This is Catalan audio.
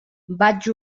vaig